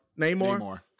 Namor